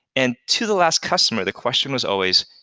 and to the last customer, the question was always,